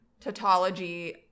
tautology